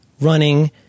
running